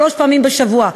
שלוש פעמים בשבוע,